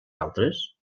altres